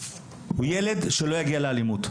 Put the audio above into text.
הוא ילד שלא יגיע לאלימות.